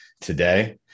today